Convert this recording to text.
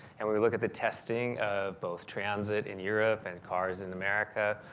and we we look at the testing of both transit in europe and cars in america.